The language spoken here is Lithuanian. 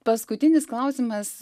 paskutinis klausimas